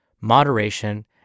moderation